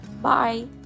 Bye